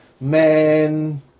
men